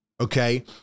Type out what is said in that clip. okay